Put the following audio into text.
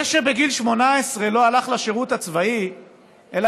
זה שבגיל 18 לא הלך לשירות הצבאי אלא